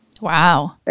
Wow